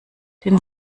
den